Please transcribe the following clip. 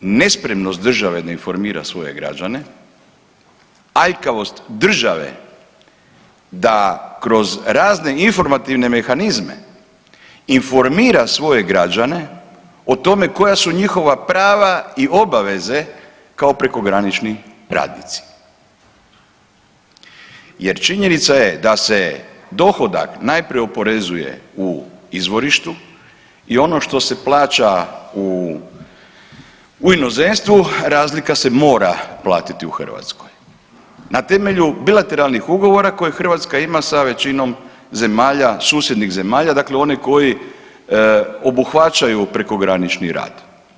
I taj problem dokazuje nespremnost države da informira svoje građane, aljkavost države da kroz razne informativne mehanizme informira svoje građane o tome koja su njihova prava i obaveze kao prekogranični radnici jer činjenica je da se dohodak najprije oporezuje u izvorištu i ono što se plaća u inozemstvu razlika se mora platiti u Hrvatskoj na temelju bilateralnih ugovora koje Hrvatska ima sa većinom zemalja, susjednih zemalja dakle one koji obuhvaćaju prekogranični rad.